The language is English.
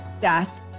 death